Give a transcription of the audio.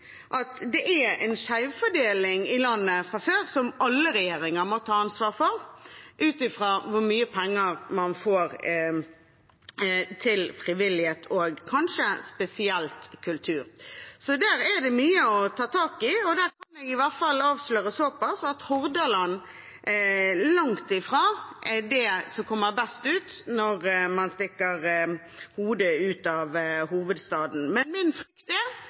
at det er en skjevfordeling i landet fra før, som alle regjeringer må ta ansvar for, ut fra hvor mye penger man får til frivillighet og – kanskje spesielt – kultur. Der er det mye å ta tak i, og der kan jeg i hvert fall avsløre såpass at Hordaland langt fra er dem som kommer best ut når man stikker hodet ut av hovedstaden. Min frykt er at nå er det hovedstaden som gjelder, og det er